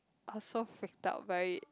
I was so freaked out by it